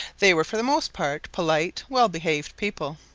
they were for the most part, polite, well-behaved people.